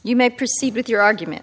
you may proceed with your argument